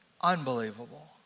Unbelievable